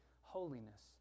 holiness